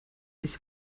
ich